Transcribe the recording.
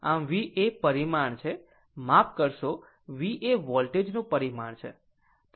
આમ V એ પરિમાણ છે માફ કરશો V એ વોલ્ટેજ નું પરિમાણ છે